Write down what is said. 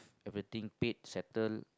everything paid settled